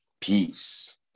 Peace